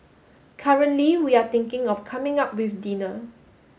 currently we are thinking of coming up with dinner